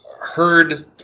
heard